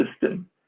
system